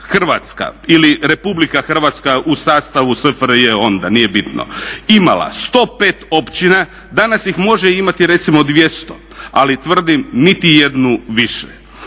Hrvatska ili Republika Hrvatska u sastavu SFRJ onda, nije bitno, imala 105 općina danas ih može imati recimo 200. Ali tvrdim niti jednu više.